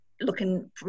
looking